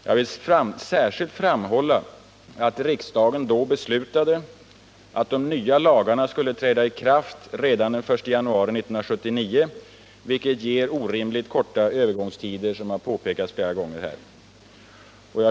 Jag vill särskilt framhålla att riksdagen då beslutade att de nya lagarna skulle träda i kraft redan den 1 januari 1979, vilket ger orimligt korta övergångstider, som har påpekats flera gånger här.